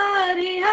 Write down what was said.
Hari